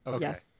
Yes